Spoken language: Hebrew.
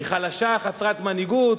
היא חלשה, חסרת מנהיגות,